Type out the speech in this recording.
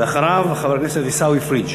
ואחריו, חבר הכנסת עיסאווי פריג'.